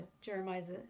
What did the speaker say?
Jeremiah's